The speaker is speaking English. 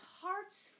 hearts